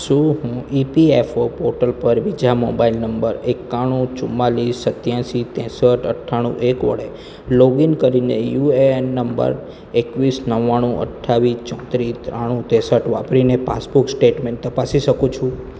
શું હું EPFO portal પર બીજા મોબાઈલ નંબર એકાણું ચુમ્માળીસ સિત્યાશી ત્રેંસઠ અઠ્ઠાણું એક વડે લોગઇન કરીને યુ એ એન નંબર એકવીસ નવ્વાણું અઠ્ઠાવીસ ચોંત્રીસ ત્રાણું ત્રેંસઠ વાપરીને પાસબુક સ્ટેટમેન્ટ તપાસી શકું છું